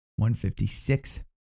156